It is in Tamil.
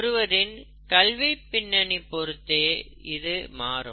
ஒருவரின் கல்விப் பின்னணி பொருத்து இது மாறும்